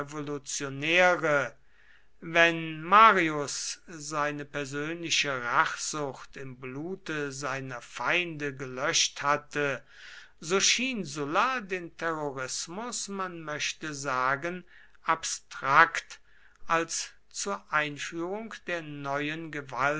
revolutionäre wenn marius seine persönliche rachsucht im blute seiner feinde gelöscht hatte so schien sulla den terrorismus man möchte sagen abstrakt als zur einführung der neuen